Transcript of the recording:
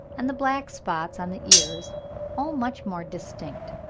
and the black spots on the ears all much more distinct.